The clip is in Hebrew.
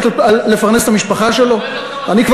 בתו של הרב עובדיה יוסף,